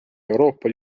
euroopa